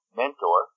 mentor